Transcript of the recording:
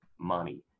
money